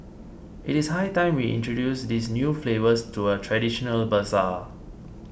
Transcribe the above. it is high time we introduce these new flavours to a traditional bazaar